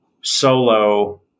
solo